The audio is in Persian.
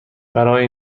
برای